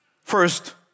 First